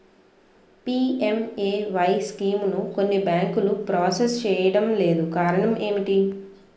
PMAY స్కీమును కొన్ని బ్యాంకులు ప్రాసెస్ చేయడం లేదు కారణం ఏమిటి?